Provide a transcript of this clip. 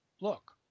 look